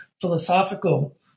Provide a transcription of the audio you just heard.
philosophical